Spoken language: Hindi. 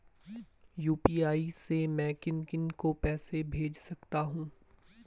यु.पी.आई से मैं किन किन को पैसे भेज सकता हूँ?